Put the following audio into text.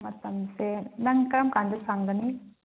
ꯃꯇꯝꯁꯦ ꯅꯪ ꯀꯔꯝ ꯀꯥꯟꯗ ꯁꯪꯒꯅꯤ